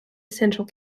central